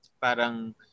parang